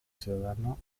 ciudadano